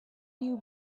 you